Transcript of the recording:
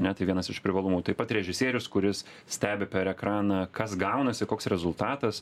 ne tai vienas iš privalumų taip pat režisierius kuris stebi per ekraną kas gaunasi koks rezultatas